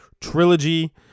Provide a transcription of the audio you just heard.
trilogy